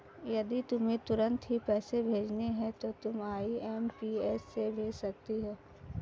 यदि तुम्हें तुरंत ही पैसे भेजने हैं तो तुम आई.एम.पी.एस से भेज सकती हो